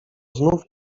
znów